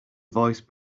voice